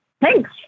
Thanks